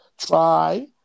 Try